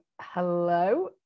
hello